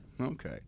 Okay